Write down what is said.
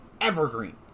evergreen